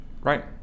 Right